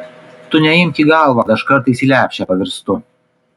tu neimk į galvą kad aš kartais į lepšę pavirstu